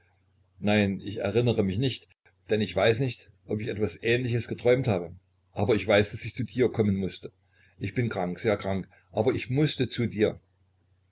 nein ich erinnere mich nicht denn ich weiß nicht ob ich etwas ähnliches geträumt habe aber ich weiß daß ich zu dir kommen mußte ich bin krank sehr krank aber ich mußte zu dir